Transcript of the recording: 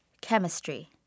chemistry